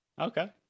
Okay